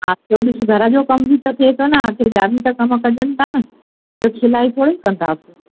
हा छोजो घर जो बि त थिए थो न आखिर ॿिया बि त कम कजनि था न सिर्फ सिलाई थोरी कंदासि